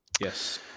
Yes